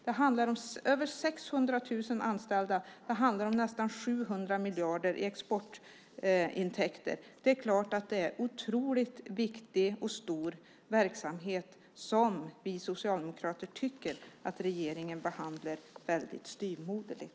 Det handlar om över 600 000 anställda, och det handlar om nästan 700 miljarder i exportintäkter. Det är klart att det är en otroligt viktig och stor verksamhet, som vi socialdemokrater tycker att regeringen behandlar väldigt styvmoderligt.